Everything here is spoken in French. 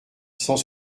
cent